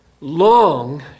long